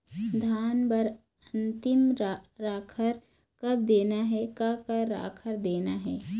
धान बर अन्तिम राखर कब देना हे, का का राखर देना हे?